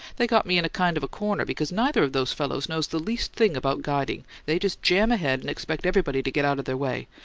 they got me in a kind of a corner, because neither of those fellows knows the least thing about guiding they just jam ahead and expect everybody to get out of their way.